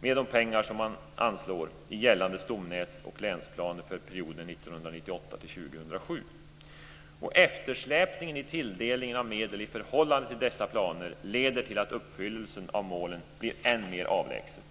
med de pengar som man anslår i gällande stomnäts och länsplaner för perioden 1998 2007. Och eftersläpningen i tilldelningen av medel i förhållande till dessa planer leder till att uppfyllelsen av målen blir än mer avlägsen.